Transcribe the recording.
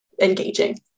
engaging